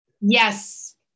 Yes